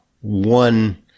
one